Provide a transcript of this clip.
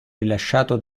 rilasciato